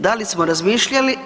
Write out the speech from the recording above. Da li smo razmišljali?